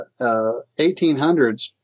1800s